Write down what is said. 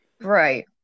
Right